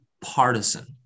partisan